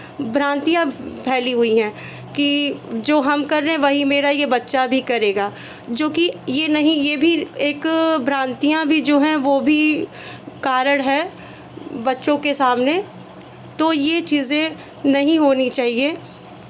भ्रांतियाँ फैली हुई हैं कि जो हम कर रहे हैं वही मेरा ये बच्चा भी करेगा जो कि ये नहीं ये भी एक भ्रांतियाँ भी जो हैं वो भी कारण है बच्चों के सामने तो ये चीज़ें नहीं होनी चाहिए